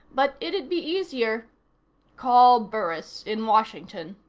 but it'd be easier call burris in washington,